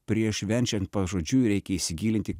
prieš verčiant pažodžiui reikia įsigilinti